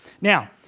Now